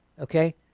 Okay